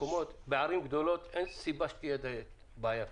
בערים גדולות אין סיבה שתהיה בעיה כזאת.